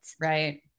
right